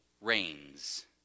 reigns